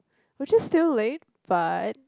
which is still late but